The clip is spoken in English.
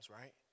right